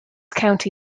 county